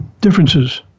differences